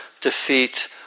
defeat